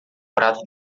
prato